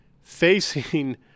facing